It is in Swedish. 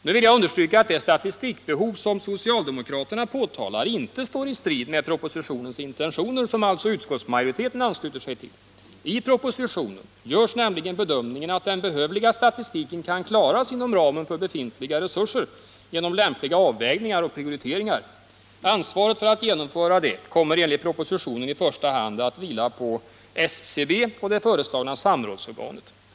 Jag vill understryka att det statistikbehov som socialdemokraterna pekar på inte står i strid med propositionens intentioner, som alltså utskottsmajoriteten ansluter sig till. I propositionen görs nämligen den bedömningen, att den behövliga statistiken kan klaras inom ramen för befintliga resurser genom lämpliga avvägningar och prioriteringar. Ansvaret för att detta genomförs kommer enligt propositionen i första hand att vila på SCB och det föreslagna samrådsorganet.